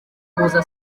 muza